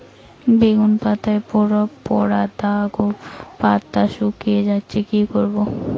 বেগুন পাতায় পড়া দাগ ও পাতা শুকিয়ে যাচ্ছে কি করব?